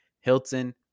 Hilton